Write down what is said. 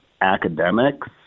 academics